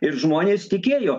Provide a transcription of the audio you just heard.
ir žmonės tikėjo